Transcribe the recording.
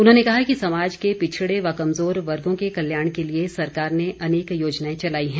उन्होंने कहा कि समाज के पिछड़े व कमजोर वर्गों के कल्याण के लिए सरकार ने अनेक योजनाएं चलाई है